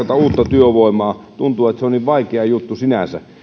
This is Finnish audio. työvoimaa tuntuu että se on vaikea juttu sinänsä